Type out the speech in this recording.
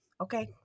Okay